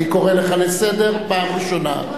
אני קורא אותך לסדר פעם ראשונה.